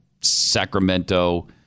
Sacramento